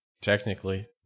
technically